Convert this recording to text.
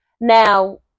Now